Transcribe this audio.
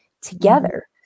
together